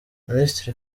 minisitiri